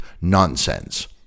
nonsense